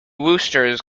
woosters